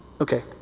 Okay